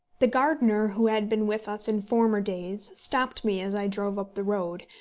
the gardener who had been with us in former days stopped me as i drove up the road,